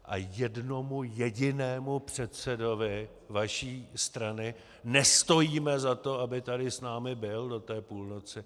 A jednomu jedinému předsedovi vaší strany nestojíme za to, aby tady s námi byl do té půlnoci.